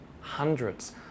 hundreds